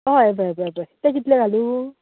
हय हें बय हें बय हें ब तें कितलें घालूं